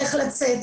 איך לצאת,